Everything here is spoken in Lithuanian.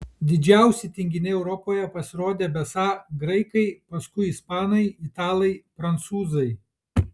didžiausi tinginiai europoje pasirodė besą graikai paskui ispanai italai prancūzai